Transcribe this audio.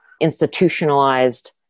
institutionalized